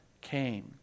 came